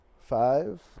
Five